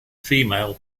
female